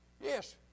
Yes